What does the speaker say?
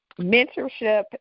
mentorship